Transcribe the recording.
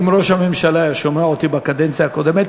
אם ראש הממשלה היה שומע אותי בקדנציה הקודמת,